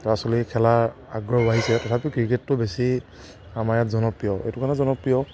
ল'ৰা ছোৱালীৰ খেলাৰ আগ্ৰহ বাঢ়িছে তথাপিও ক্ৰিকেটটো বেছি আমাৰ ইয়াত জনপ্ৰিয় এইটো কাৰণে জনপ্ৰিয়